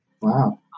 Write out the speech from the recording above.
Wow